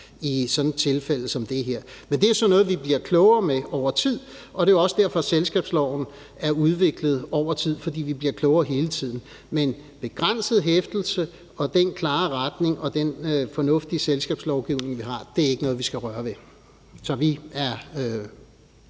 i sådan et tilfælde som det her. Men det er sådan noget, vi bliver klogere på over tid. Det er også derfor, selskabsloven er udviklet over tid, for vi bliver klogere hele tiden. Men begrænset hæftelse og den klare retning og fornuftige selskabslovgivning, vi har, er ikke noget, vi skal røre ved. Så vi –